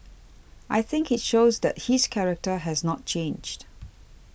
I think it shows that his character has not changed